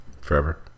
Forever